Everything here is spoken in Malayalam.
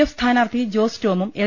എഫ് സ്ഥാനാർത്ഥി ജോസ് ടോമും എൽ